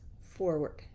forward